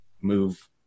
move